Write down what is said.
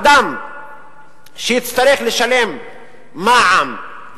אדם שיצטרך לשלם מע"מ,